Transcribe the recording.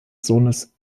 sohnes